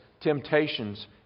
temptations